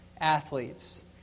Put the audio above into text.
athletes